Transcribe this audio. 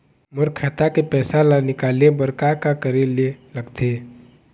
मोर खाता के पैसा ला निकाले बर का का करे ले लगथे?